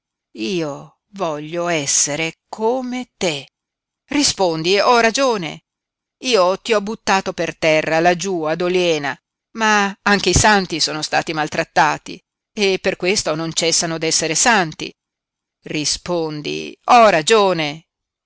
io voglio essere come te rispondi ho ragione io ti ho buttato per terra laggiú ad oliena ma anche i santi son stati maltrattati e per questo non cessano d'essere santi rispondi ho ragione